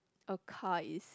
a car is